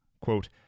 quote